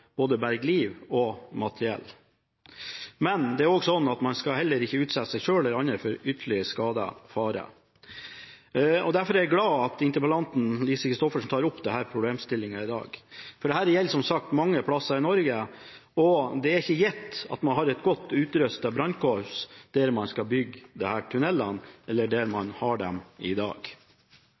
liv og materiell. Men man skal heller ikke utsette seg selv eller andre for ytterligere skader eller farer. Derfor er jeg glad for at interpellanten, Lise Christoffersen, tar opp denne problemstillingen i dag. Dette gjelder som sagt mange plasser i Norge, og det er ikke gitt at man har et godt utrustet brannkorps der man skal bygge disse tunnelene, eller der man har dem i dag.